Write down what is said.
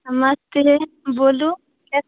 नमस्ते बोलो कैसे